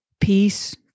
peace